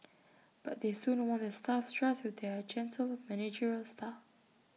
but they soon won the staff's trust with their gentle managerial style